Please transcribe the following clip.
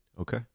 Okay